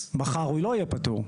מחר הוא לא יהיה פטור.